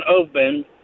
open